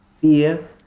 fear